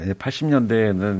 80년대에는